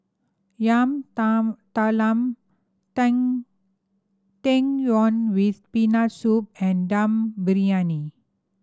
yam talam tang yuen with Peanut Soup and Dum Briyani